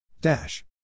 Dash